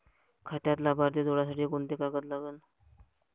खात्यात लाभार्थी जोडासाठी कोंते कागद लागन?